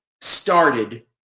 started